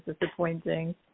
disappointing